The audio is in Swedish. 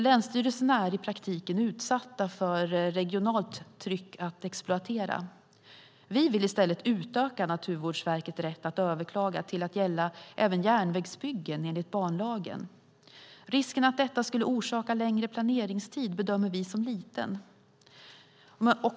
Länsstyrelserna är nämligen i praktiken utsatta för regionalt tryck att exploatera. Vi vill i stället utöka Naturvårdsverkets rätt att överklaga till att gälla även järnvägsbyggen enligt banlagen. Risken för att detta skulle orsaka längre planeringstid bedömer vi som liten.